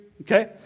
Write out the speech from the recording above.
okay